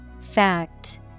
Fact